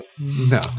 No